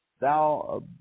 thou